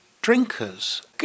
drinkers